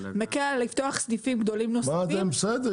מקל עליה לפתוח סניפים גדולים נוספים אם --- בסדר,